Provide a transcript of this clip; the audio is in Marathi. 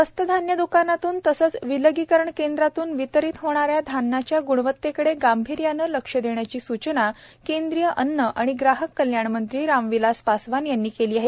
स्वस्त धान्य द्कानातून तसंच विलगीकरण केंद्रातून वितरित होणाऱ्या धान्याच्या ग्णवत्तेकडे गांभीर्याने लक्ष देण्याची सूचना केंद्रीय अन्न आणि ग्राहक कल्याणमंत्री रामविलास पासवान यांनी केली आहे